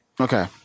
Okay